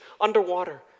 underwater